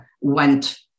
went